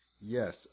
Yes